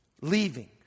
Leaving